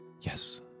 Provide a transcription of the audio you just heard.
Yes